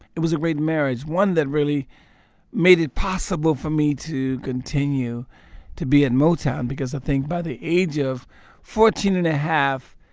it was a great marriage, one that really made it possible for me to continue to be in motown. because i think by the age of fourteen and a half,